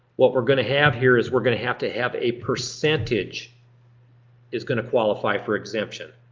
what we're gonna have here is we're gonna have to have a percentage is gonna qualify for exemption.